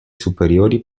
superiori